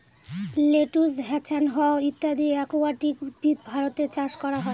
lettuce, hyacinth ইত্যাদি aquatic উদ্ভিদ ভারতে চাষ করা হয়